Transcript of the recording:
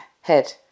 head